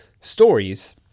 stories